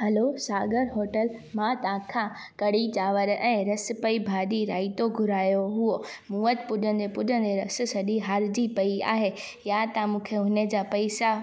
hello Sagar hotel मां तव्हांखां कड़ी चांवर ऐं रस पई भाॼी रायतो घुरायो हुओ मूं वटि पुॼंदे पुॼंदे रस सॼी हारजी पई आहे या तव्हां मूंखे उन जा पैसा